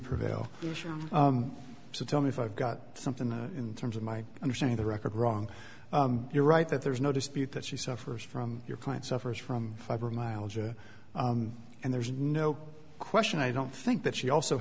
prevail to tell me if i've got something in terms of my understanding the record wrong you're right that there's no dispute that she suffers from your client suffers from fiber mileage and there's no question i don't think that she also